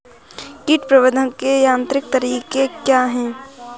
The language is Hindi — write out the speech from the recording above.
कीट प्रबंधक के यांत्रिक तरीके क्या हैं?